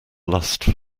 lust